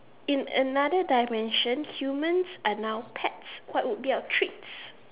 in another dimensions humans are now pets what would be our treats